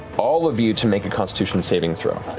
all of you to make a constitution saving throw.